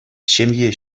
ҫемье